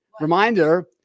reminder